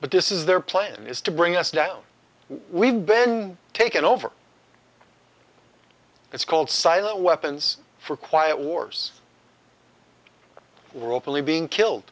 but this is their plan is to bring us down we've been taken over it's called silent weapons for quiet wars were openly being killed